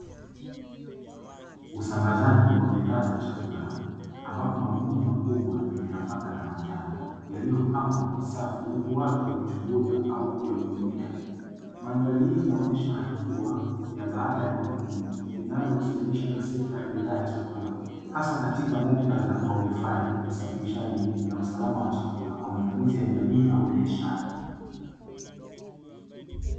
Usambazaji wa bidhaa za chakula ambapo magunia makubwa yenye nafaka za manjano yaliyopangwa kwa safu, huku watu wakichunguza au kuyahudumia. Mandhari hii inaonyesha hatua ya baada ya mavuno inayohusianisha na sekta ya bidhaa ya chakula hasa katika muktadha wa uhifadhi, usafirishaji na usalama wa chakula kwa matumizi ya jamii au biashara.